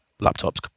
laptops